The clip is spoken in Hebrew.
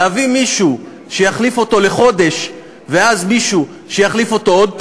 להביא מישהו שיחליף אותו לחודש ואז מישהו שיחליף אותו עוד פעם,